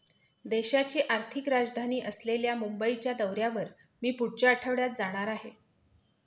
देशाची आर्थिक राजधानी असलेल्या मुंबईच्या दौऱ्यावर मी पुढच्या आठवड्यात जाणार आहे